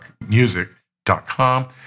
music.com